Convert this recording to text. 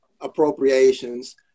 appropriations